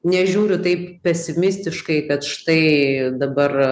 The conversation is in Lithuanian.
nežiūriu taip pesimistiškai bet štai dabar